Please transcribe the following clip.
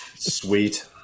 Sweet